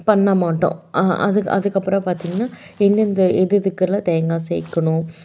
பண்ண மாட்டோம் அதுக்கு அதுக்கப்பறம் பார்த்தீங்கன்னா எந்தெந்த எது எதுக்கெல்லாம் தேங்காய் சேக்கணும்